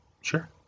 Sure